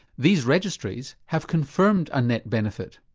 these registries have confirmed a net benefit.